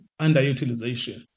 underutilization